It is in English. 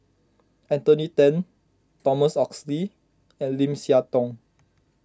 Anthony then Thomas Oxley and Lim Siah Tong